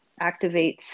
activates